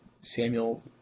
Samuel